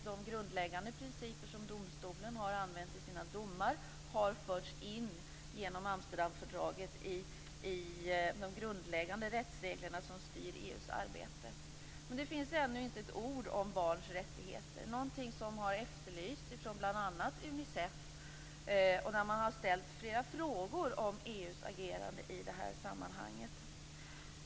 De grundläggande principer som domstolen har tillämpat i sina domar har genom Amsterdamfördraget förts in i de grundläggande rättsregler som styr EU:s arbete. Men det finns ännu inte ett ord om barns rättigheter, någonting som har efterlysts av bl.a. Unicef. Man har ställt flera frågor om EU:s agerande i det här sammanhanget.